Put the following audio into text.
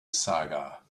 saga